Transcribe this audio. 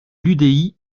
l’udi